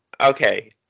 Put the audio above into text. Okay